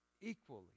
equally